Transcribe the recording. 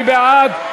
מי בעד?